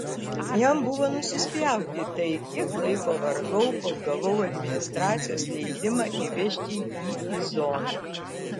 jam buvo nusispjauti į tai kiek laiko vargau kol gavau administracijos leidimą įvežti jį į zoną